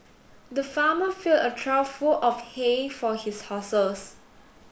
the farmer filled a trough full of hay for his horses